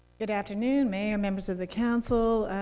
good afternoon, mayor, members of the council.